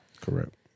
Correct